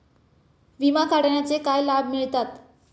विमा काढण्याचे काय लाभ मिळतात?